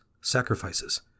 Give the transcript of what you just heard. sacrifices